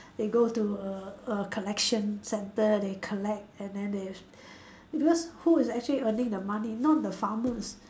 they go to a a collection centre they collect and then they because who is actually earning the money not the farmers